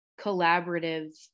collaborative